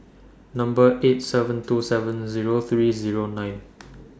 Number eight seven two seven Zero three Zero nine